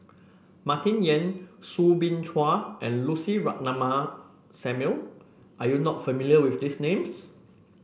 Martin Yan Soo Bin Chua and Lucy Ratnammah Samuel are you not familiar with these names